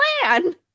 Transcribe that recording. plan